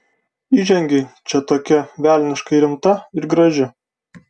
įžengei čia tokia velniškai rimta ir graži